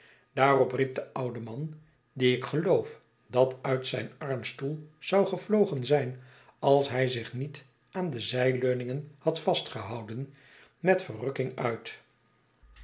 daarop riep de oude man die ik geloof dat uit zijn armstoel zou gevlogen zijn als hij zich niet aan de zijleuningen had vastgehouden met verrukkihg uit